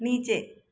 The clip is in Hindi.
नीचे